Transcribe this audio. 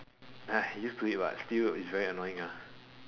ah used to it what still it's very annoying ah